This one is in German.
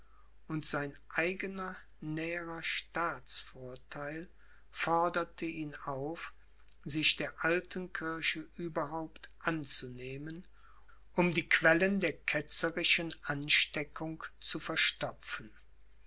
und sein eigener näherer staatsvortheil forderte ihn auf sich der alten kirche überhaupt anzunehmen um die quellen der ketzerischen ansteckung zu verstopfen